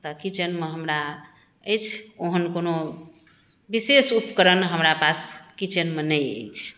तऽ किचेनमे हमरा अछि ओहन कओनो विशेष उपकरण हमरा पास किचेनमे नहि अछि